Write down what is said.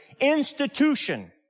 institution